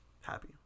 Happy